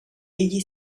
egli